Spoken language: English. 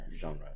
genre